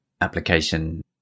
application